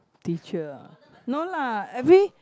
teacher ah no lah every